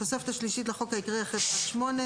תיקון התוספת השלישית 15. בתוספת השלישית לחוק העיקרי,